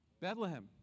Bethlehem